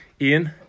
Ian